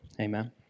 Amen